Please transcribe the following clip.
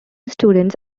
students